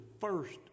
first